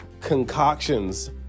concoctions